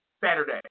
Saturday